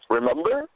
Remember